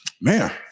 Man